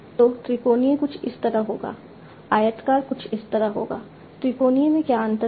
तो त्रिकोणीय कुछ इस तरह होगा आयताकार कुछ इस तरह होगा त्रिकोणीय में क्या अंतर है